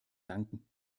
danken